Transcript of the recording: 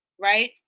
right